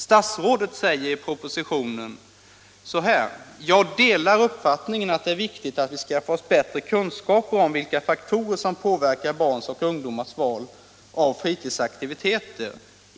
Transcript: Statsrådet säger i propositionen: ”Jag delar uppfattningen att det är viktigt att vi skaffar oss bättre kunskaper om vilka faktorer som påverkar barns och ungdomars val av fritidsaktiviteter.